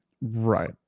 right